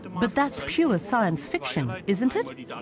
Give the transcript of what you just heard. but that's pure science fiction, isn't it?